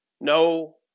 No